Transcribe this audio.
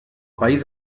país